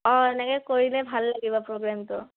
অঁ এনেকে কৰিলে ভাল লাগিব প্ৰগ্ৰেমটো